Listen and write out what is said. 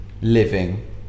living